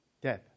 death